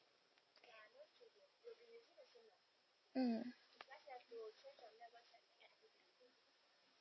mm